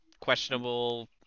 questionable